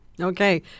Okay